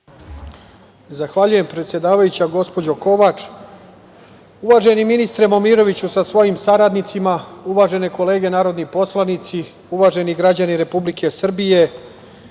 Zahvaljujem, predsedavajuća gospođo Kovač. Uvaženi ministre Momiroviću sa svojim saradnicima, uvažene kolege narodni poslanici, uvaženi građani Republike Srbije,